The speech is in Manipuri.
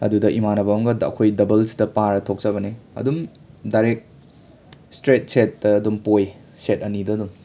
ꯑꯗꯨꯗ ꯏꯃꯥꯟꯅꯕ ꯑꯃꯒ ꯑꯈꯣꯏ ꯗꯕꯜꯁꯇ ꯄꯥꯔ ꯊꯣꯛꯆꯕꯅꯦ ꯑꯗꯨꯝ ꯗꯥꯏꯔꯦꯛ ꯏꯁꯇ꯭ꯔꯦꯠ ꯁꯦꯠꯇ ꯑꯗꯨꯝ ꯄꯣꯌꯦ ꯁꯦꯠ ꯑꯅꯤꯗꯗꯨꯝ